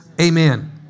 amen